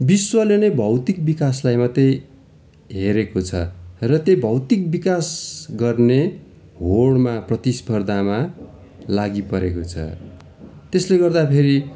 विश्वले नै भौतिक विकासलाई मात्रै हेरेको छ र त्यही भौतिक विकास गर्ने होडमा प्रतिस्पर्द्धामा लागिपरेको छ त्यसले गर्दाखेरि